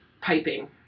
piping